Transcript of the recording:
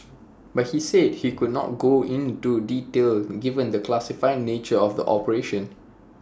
but he said he could not go into detail given the classified nature of the operation